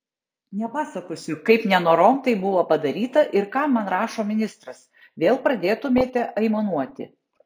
nepasakosiu kaip nenorom tai buvo padaryta ir ką man rašo ministras vėl pradėtumėte aimanuoti